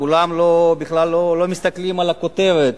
כולם בכלל לא מסתכלים על הכותרת,